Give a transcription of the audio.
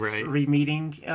re-meeting